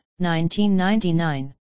1999